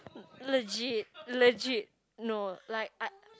legit legit no like I